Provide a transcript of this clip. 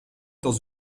dans